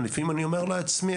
לפעמים אני אומר לעצמי,